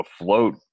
afloat